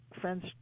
friends